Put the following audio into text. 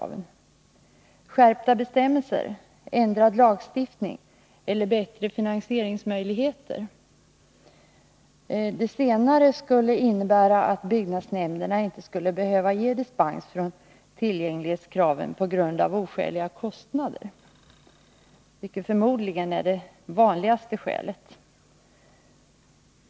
Skall det ske genom skärpta bestämmelser, ändrad lagstiftning eller bättre finansieringsmöjligheter? Det senare skulle innebära att byggnadsnämnderna inte skulle behöva ge dispens från tillgänglighetskraven på grund av oskäliga kostnader, vilka förmodligen är det vanligaste skälet.